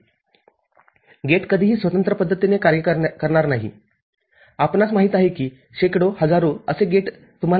आणि जरी या दिशेने विद्युतधारा नाहीपरंतु या दिशेने एक विद्युतधारा आहे ज्यासाठी तेथे ICRC व्होल्टेज घट असेलअशा अधिक जोडणीसाठी अधिक प्रमाणात विद्युतधारा वितरीत केली जाणे आवश्यक आहे